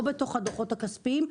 לא בתוך דו"חות הכספיים,